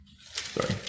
Sorry